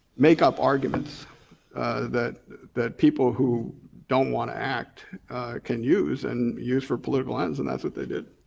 make up arguments that that people who don't wanna act can use and use for political ends and that's what they did.